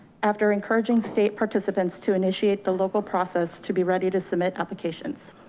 after encouraging state participants to initiate the local process, to be ready to submit applications.